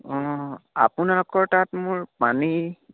অঁ আপোনালোকৰ তাত মোৰ পানী